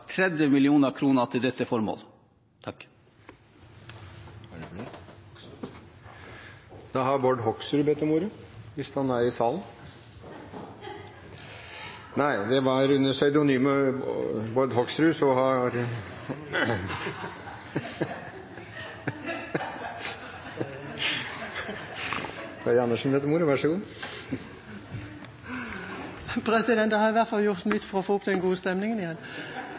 30 mill. kr til dette formålet. Da har Bård Hoksrud bedt om ordet, hvis han er i salen – nei. Under psevdonymet Bård Hoksrud har Kari Henriksen bedt om ordet. Jeg har i hvert fall gjort mitt for å få opp den gode stemningen igjen.